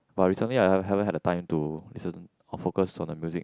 but recently I haven~ haven't had the time to listen or focus on the music